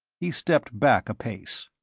he stepped back a pace.